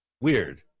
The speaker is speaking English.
Weird